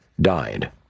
died